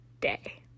day